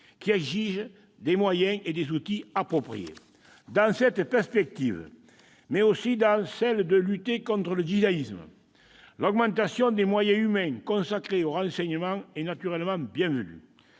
qui exigent des moyens et des outils appropriés. Dans cette perspective, mais aussi dans l'optique de lutter contre le djihadisme, l'augmentation des moyens humains consacrés au renseignement est naturellement bienvenue.